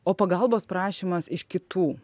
o pagalbos prašymas iš kitų